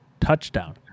touchdown